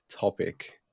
topic